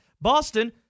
Boston